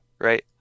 right